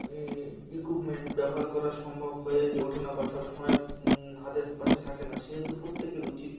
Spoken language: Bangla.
এই ইকুইপমেন্ট ব্যবহার করা সম্ভব হয়ে ওঠে না বা সব সমময় হাতের পাশে থাকে না সেহেতু প্রত্যেকের উচিত